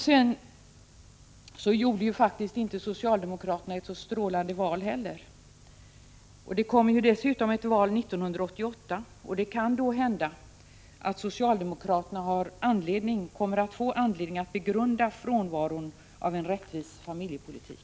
Sedan gjorde faktiskt inte heller socialdemokraterna ett så strålande val. Det blir ett val också 1988, och det kan då hända att socialdemokraterna kommer att få anledning att begrunda frånvaron av en rättvis familjepolitik.